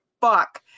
fuck